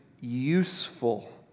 useful